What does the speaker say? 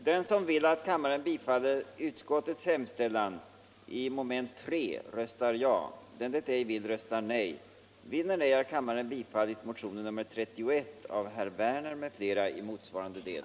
Herr talman! Jag ber att få önska herr Gustafsson i Borås detsamma. den det ej vill röstar nej.